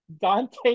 dante